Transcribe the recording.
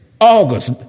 August